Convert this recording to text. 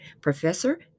Professor